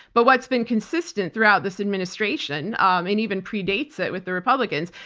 but what's been consistent throughout this administration and even predates it with the republicans,